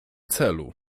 celu